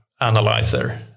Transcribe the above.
analyzer